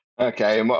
Okay